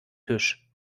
tisch